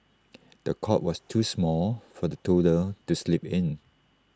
the cot was too small for the toddler to sleep in